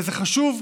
וזה חשוב,